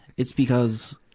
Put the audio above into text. it's because,